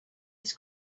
his